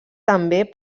també